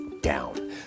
down